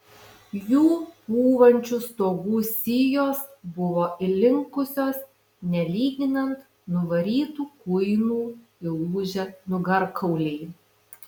jų pūvančių stogų sijos buvo įlinkusios nelyginant nuvarytų kuinų įlūžę nugarkauliai